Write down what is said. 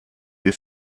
wir